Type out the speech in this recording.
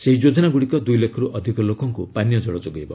ଏହି ଯୋଜନାଗୁଡ଼ିକ ଦୁଇ ଲକ୍ଷରୁ ଅଧିକ ଲୋକଙ୍କୁ ପାନୀୟ ଜଳ ଯୋଗାଇବ